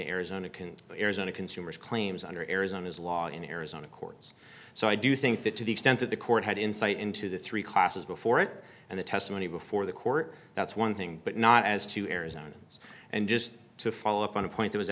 arizona can arizona consumers claims under arizona's law in arizona courts so i do think that to the extent that the court had insight into the three causes before it and the testimony before the court that's one thing but not as to arizona's and just to follow up on a point that was